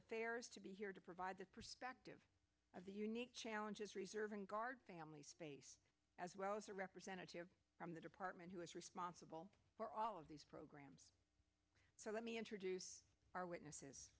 affairs to be here to provide the perspective of the unique challenges reserve and guard families face as well as a representative from the department who is responsible for all of these programs so let me introduce our witnesses